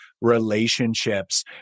relationships